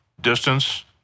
distance